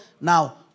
Now